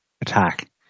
attack